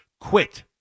quit